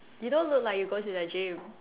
you don't look like you go to the gym